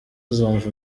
uzumva